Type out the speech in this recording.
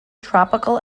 tropical